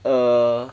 err